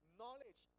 knowledge